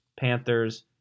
Panthers